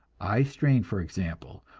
eye-strain, for example,